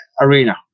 arena